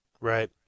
Right